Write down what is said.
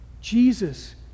Jesus